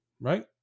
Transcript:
right